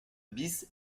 bis